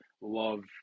love